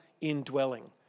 indwelling